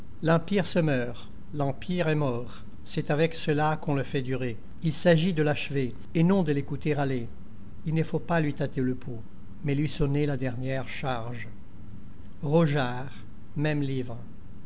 l'empire se meurt l'empire est mort c'est avec cela qu'on le fait durer il s'agit de l'achever et non de l'écouter râler il ne faut pas lui tâter le pouls mais lui sonner la dernière charge rogeart